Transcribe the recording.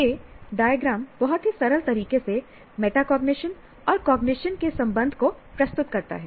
यह डायग्राम बहुत ही सरल तरीके से मेटाकॉग्निशन और कॉग्निशन के संबंध को प्रस्तुत करता है